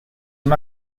una